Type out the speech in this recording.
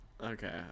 okay